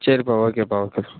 சரிப்பா ஓகேப்பா ஓகே